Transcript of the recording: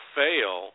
fail